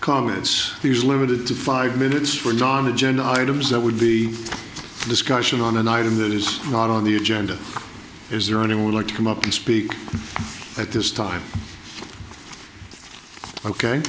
comments he was limited to five minutes for non agenda items that would be a discussion on an item that is not on the agenda is there anyone would like to come up and speak at this time ok